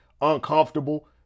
uncomfortable